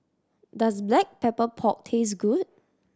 does Black Pepper Pork taste good